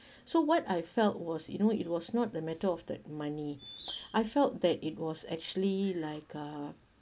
so what I felt was you know it was not the matter of that money I felt that it was actually like uh